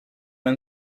and